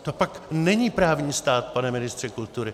To pak není právní stát, pane ministře kultury!